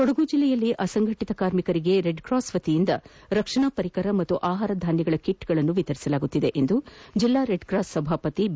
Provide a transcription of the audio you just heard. ಕೊಡಗು ಜಿಲ್ಲೆಯಲ್ಲಿ ಅಸಂಘಟಿತ ಕಾರ್ಮಿಕರಿಗೆ ರೆಡ್ಕ್ರಾಸ್ವತಿಯಿಂದ ರಕ್ಷಣಾ ಪರಿಕರಗಳು ಹಾಗೂ ಆಹಾರ ಧಾನ್ನದ ಕಿಟ್ಗಳನ್ನು ವಿತರಿಸಲಾಗುತ್ತಿದೆ ಎಂದು ಜಿಲ್ಲಾ ರೆಡ್ಕ್ರಾಸ್ ಸಭಾಪತಿ ಬಿ